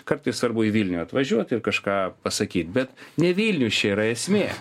kartais svarbu į vilnių atvažiuot ir kažką pasakyt bet ne vilnius čia yra esmė